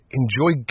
enjoy